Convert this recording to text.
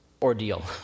ordeal